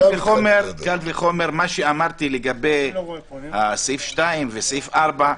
קל וחומר, מה שאמרתי לגבי סעיף 2 וסעיף 4,